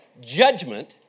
judgment